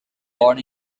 born